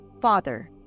Father